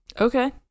Okay